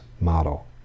model